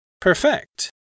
Perfect